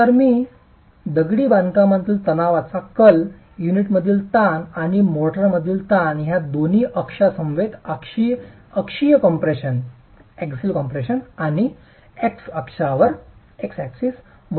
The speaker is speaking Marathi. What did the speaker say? तर मी दगडी बांधकामातील तणावाचा कल युनिटमधील ताण आणि मोर्टारमधील ताण या दोन्ही अक्षांसमवेत अक्षीय कम्प्रेशन आणि एक्स अक्ष वर पार्श्वगामी प्रभाव पाहणे